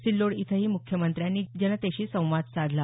सिल्लोड इथंही मुख्यमंत्र्यांनी जनतेशी संवाद साधला